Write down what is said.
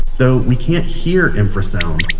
though we can't hear infrasound,